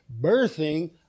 birthing